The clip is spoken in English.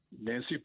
Nancy